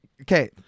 Okay